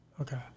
Okay